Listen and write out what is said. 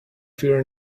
fear